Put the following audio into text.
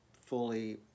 fully